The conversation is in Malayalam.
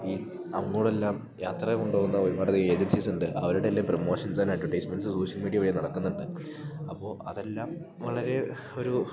ഈ അങ്ങോടെല്ലാം യാത്ര കൊണ്ടുപോകുന്ന ഒരുപാട് ഏജൻസീസുണ്ട് അവരുടെ എല്ലാം promotions and advertisements social media വഴി നടക്കുന്നുണ്ട് അപ്പോൾ അതെല്ലാം വളരെ ഒരു